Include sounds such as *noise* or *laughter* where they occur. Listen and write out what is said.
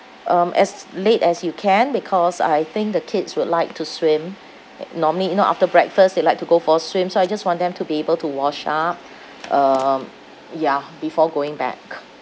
um as late as you can because I think the kids would like to swim *noise* normally you know after breakfast they like to go for a swim so I just want them to be able to wash up um ya before going back